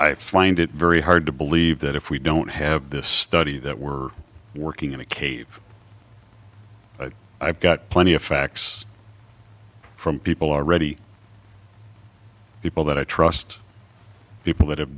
i find it very hard to believe that if we don't have this study that we're working in a cave i've got plenty of facts from people already people that i trust people that have